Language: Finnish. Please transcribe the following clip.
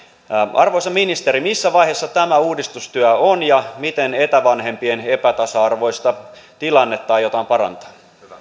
arvoisa ministeri missä vaiheessa tämä uudistustyö on ja miten etävanhempien epätasa arvoista tilannetta aiotaan parantaa